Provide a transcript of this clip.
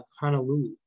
Honolulu